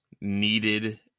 Needed